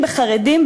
בחרדים,